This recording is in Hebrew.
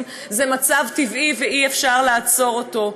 זה מצב טבעי ואי-אפשר לשנות אותו.